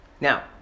Now